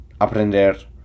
aprender